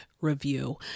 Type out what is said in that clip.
review